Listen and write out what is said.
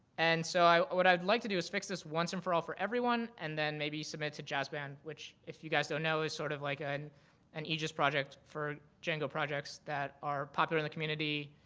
and so what i would like to do is fix this once and for all for everyone, and then maybe submit to jazz band, which if you guys don't know, is sort of like an and egis project for django projects that are popular in the community,